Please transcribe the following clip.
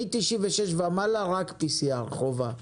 מ-96 ומעלה רק PCR חובה.